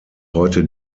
heute